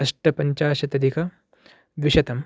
अष्टपञ्चाशतधिक द्विशतम्